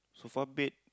sofa bed